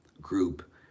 group